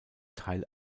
teil